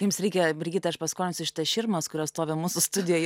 jums reikia brigita aš paskolinsiu šitas širmas kurios stovi mūsų studijoj